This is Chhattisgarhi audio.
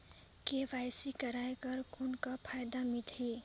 के.वाई.सी कराय कर कौन का फायदा मिलही?